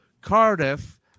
Cardiff